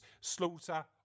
Slaughter